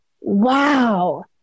wow